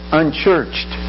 unchurched